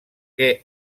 que